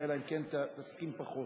אלא אם כן תסכים פחות.